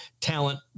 Talent